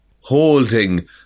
holding